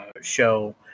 show